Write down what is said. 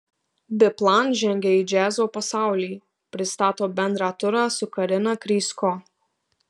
biplan žengia į džiazo pasaulį pristato bendrą turą su karina krysko